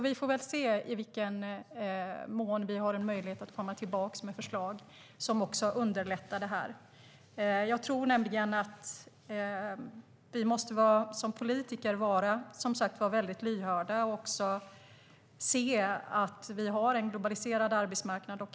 Vi får alltså se i vilken mån vi har möjlighet att komma tillbaka med förslag som underlättar detta. Jag tror nämligen att vi som politiker som sagt måste vara väldigt lyhörda och även se att vi har en globaliserad arbetsmarknad.